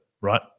right